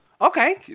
okay